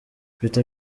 peter